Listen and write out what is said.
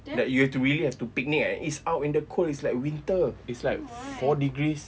like you have to really have to picnic and it's out in the cold it's like winter it's like four degrees